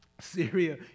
Syria